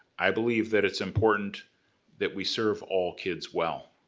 i believe that it's important that we serve all kids well.